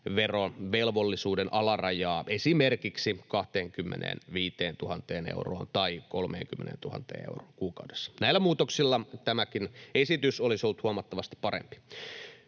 arvonlisäverovelvollisuuden alarajaa esimerkiksi 25 000 euroon tai 30 000 euroon vuodessa. Näillä muutoksilla tämäkin esitys olisi ollut huomattavasti parempi.